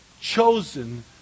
chosen